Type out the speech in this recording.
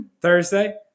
Thursday